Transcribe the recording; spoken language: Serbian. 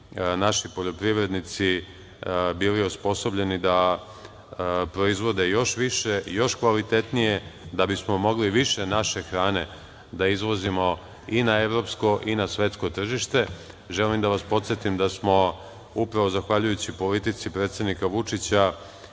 naši poljoprivrednici bili osposobljeni da proizvode još više, još kvalitetnije, da bismo mogli više naše hrane da izvozimo i na evropsko i na svetsko tržište. Želim da vas podsetim da smo upravo zahvaljujući politici predsednika Vučića